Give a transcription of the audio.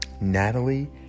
Natalie